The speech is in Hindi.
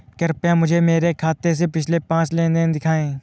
कृपया मुझे मेरे खाते से पिछले पांच लेन देन दिखाएं